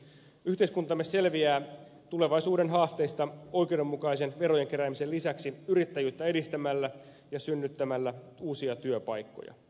yhteiskuntamme selviää tulevaisuuden haasteista oikeudenmukaisen verojen keräämisen lisäksi yrittäjyyttä edistämällä ja synnyttämällä uusia työpaikkoja